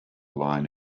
line